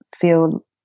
feel